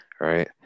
right